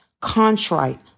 contrite